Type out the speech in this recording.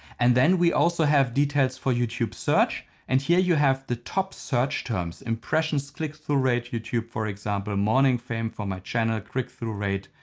and then we also have details for youtube search and here you the top search terms, impressions click through rate youtube for example, morningfame for my channel, click-through rate,